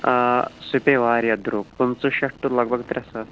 آ سُہ پیٚیہِ واریاہ درٛوٚگ پٕنٛژٕہ شیٚتھ ٹُو لگ بگ ترٛےٚ ساس